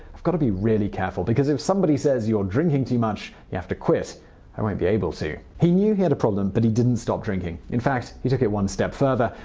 i've gotta be really careful, because if somebody says, you're drinking too much, you have to quit i won't be able to. he knew he had a problem, but he didn't stop drinking. in fact, he took it one step further.